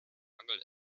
angel